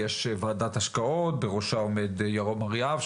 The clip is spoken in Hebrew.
יש ועדת השקעות שבראשה עומד פרופ' ירום אריאב,